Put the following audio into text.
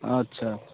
ଆଚ୍ଛା